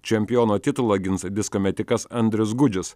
čempiono titulą gins disko metikas andrius gudžius